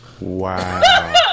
Wow